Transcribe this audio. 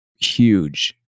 huge